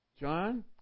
John